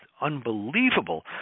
unbelievable